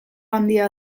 handia